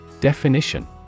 Definition